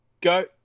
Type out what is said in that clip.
go